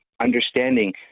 understanding